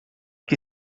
que